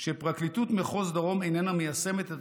שפרקליטות מחוז דרום איננה מיישמת את